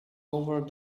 over